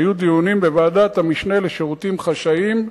שהיו דיונים בוועדת המשנה לשירותים חשאיים,